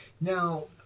Now